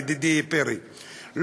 ידידי פרי,